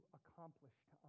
accomplished